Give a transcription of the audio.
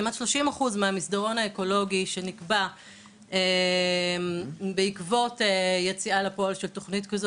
כמעט 30% מהמסדרון האקולוגי שנקבע בעקבות יציאה לפועל של תוכנית כזאת,